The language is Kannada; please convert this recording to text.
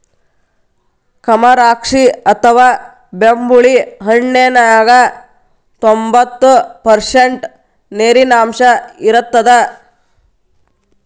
ಕಮರಾಕ್ಷಿ ಅಥವಾ ಬೆಂಬುಳಿ ಹಣ್ಣಿನ್ಯಾಗ ತೋಭಂತ್ತು ಪರ್ಷಂಟ್ ನೇರಿನಾಂಶ ಇರತ್ತದ